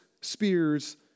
spears